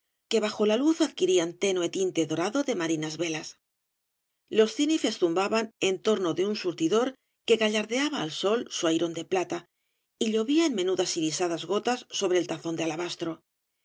que bajo la luz adquirían tenue tinte dorado de marinas velas los cínifes zumbaban en torno de un surtidor que gallardeaba al sol su airón de plata y llovía en menudas irisadas gotas sobre el tazón de alabastro